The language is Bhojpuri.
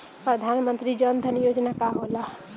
प्रधानमंत्री जन धन योजना का होला?